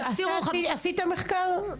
עשיתם מחקר?